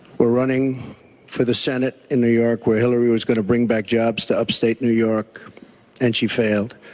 were running for the senate in new york where hillary was going to bring back jobs to upstate new york and she failed.